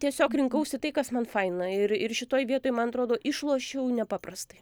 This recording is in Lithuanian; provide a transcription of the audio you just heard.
tiesiog rinkausi tai kas man faina ir ir šitoj vietoj man atrodo išlošiau nepaprastai